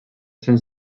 sens